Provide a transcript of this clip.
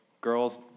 Girls